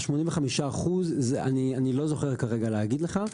ה-85%, אני לא זוכר כרגע להגיד לך.